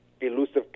elusive